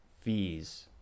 fees